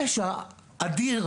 פשע אדיר,